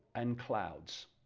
and clouds,